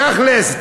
תכל'ס.